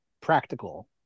practical